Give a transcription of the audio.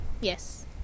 Yes